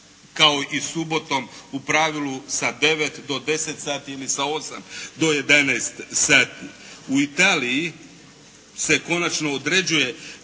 kao i subotom u pravilu sa devet do deset sati ili sa osam do jedanaest sati. U Italiji se konačno određuje